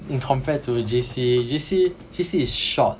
in compared to J_C J_C J_C is short